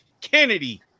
Kennedy